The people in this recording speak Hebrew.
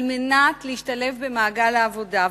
על מנת להשתלב במעגל העבודה,